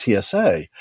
TSA